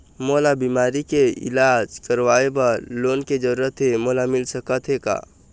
मोला बीमारी के इलाज करवाए बर लोन के जरूरत हे मोला मिल सकत हे का?